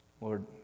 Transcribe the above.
Lord